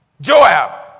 Joab